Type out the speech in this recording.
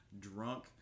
drunk